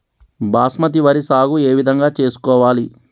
బాస్మతి వరి సాగు ఏ విధంగా చేసుకోవాలి?